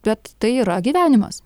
bet tai yra gyvenimas